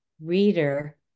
reader